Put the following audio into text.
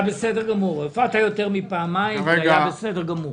הופעת יותר מפעמיים והיה בסדר גמור.